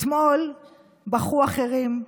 אתמול בכו אחרים.